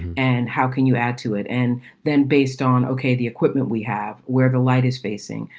and how can you add to it? and then based on, ok, the equipment we have where the light is facing,